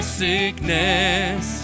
sickness